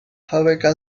fàbrica